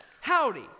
Howdy